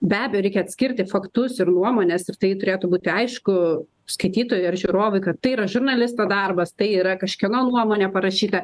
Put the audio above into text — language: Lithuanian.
be abejo reikia atskirti faktus ir nuomones ir tai turėtų būti aišku skaitytojui ar žiūrovui kad tai yra žurnalisto darbas tai yra kažkieno nuomonė parašyta